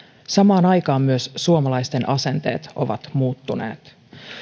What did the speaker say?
samaan aikaan myös suomalaisten asenteet ovat muuttuneet